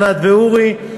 ענת ואורי,